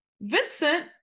vincent